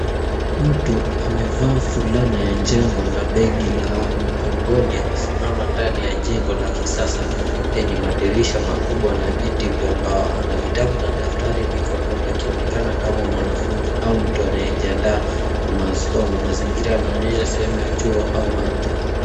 Mtu amevaa fulana ya njano na begi la mgongoni amesimama ndani ya jengo la kisasa lenye madirisha makubwa na viti vya mbao. Ana vitabu na daftari mkononi akionekana kama mwanafunzi au mtu anayejiandaa kwa masomo. Mazingira yanaonyesha sehemu ya chuo au maktaba.